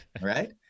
Right